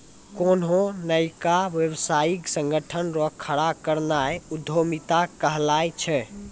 कोन्हो नयका व्यवसायिक संगठन रो खड़ो करनाय उद्यमिता कहलाय छै